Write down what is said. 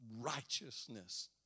righteousness